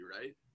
right